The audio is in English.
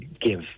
give